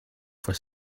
for